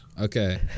Okay